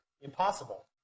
impossible